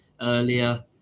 earlier